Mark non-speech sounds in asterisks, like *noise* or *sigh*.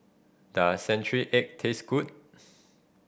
does century egg taste good *noise*